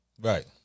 Right